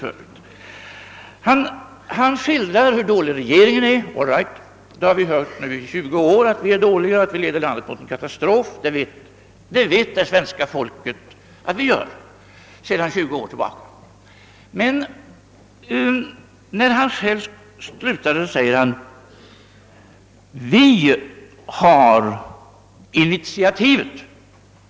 Herr Wedén skildrade hur dålig regeringen är — och all right, vi har hört i 20 år nu att vi är dåliga och att vi leder landet mot en katastrof. Men när herr Wedén slutade, sade han: Vi har initiativet!